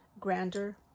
grander